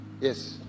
Yes